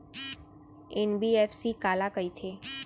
NBFC काला कहिथे?